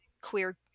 queer